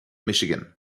michigan